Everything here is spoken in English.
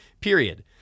period